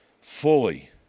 fully